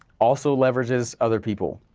also leverages other people.